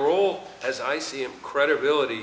role as i see him credibility